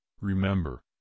remember